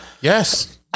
Yes